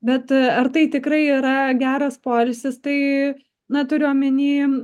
bet ar tai tikrai yra geras poilsis tai na turiu omeny